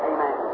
Amen